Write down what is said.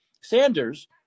Sanders